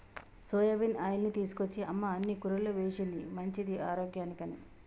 soybean ఆయిల్ని తీసుకొచ్చి అమ్మ అన్ని కూరల్లో వేశింది మంచిది ఆరోగ్యానికి అని